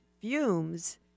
fumes